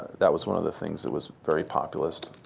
that was one of the things that was very populist.